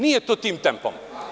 Nije to tim tempom.